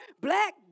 black